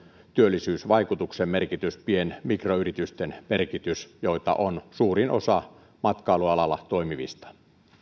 työllisyysvaikutuksen merkitys ja pien ja mikroyritysten merkitys joita on suurin osa matkailualalla toimivista